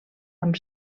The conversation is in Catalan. amb